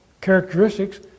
characteristics